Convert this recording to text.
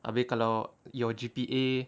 abeh kalau your G_P_A